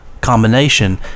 combination